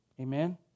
Amen